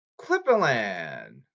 Clipperland